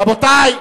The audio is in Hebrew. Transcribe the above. רבותי.